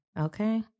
Okay